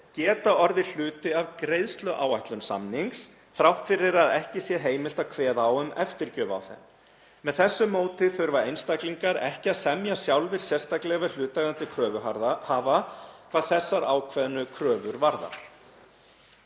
geta orðið hluti af greiðsluáætlun samnings, þrátt fyrir að ekki sé heimilt að kveða á um eftirgjöf á þeim. Með þessu móti þurfa einstaklingar ekki að semja sjálfir sérstaklega við hlutaðeigandi kröfuhafa hvað þessar ákveðnu kröfur varðar.